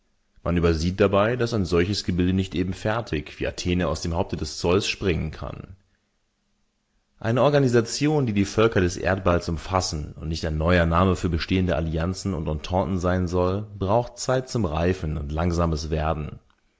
man übersieht dabei daß ein solches gebilde nicht eben fertig wie athene aus dem haupte des zeus springen kann eine organisation die die völker des erdballs umfassen und nicht ein neuer name für bestehende allianzen und ententen sein soll braucht zeit zum reifen und langsames werden